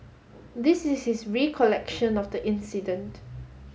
this is his recollection of the incident